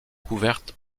couverte